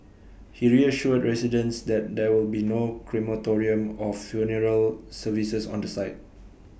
he reassured residents that there will be no crematorium or funeral services on the site